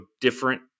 different